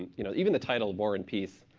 you know, even the title war and peace.